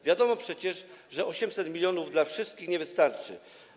Wiadomo przecież, że 800 mln dla wszystkich nie wystarczy.